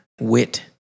wit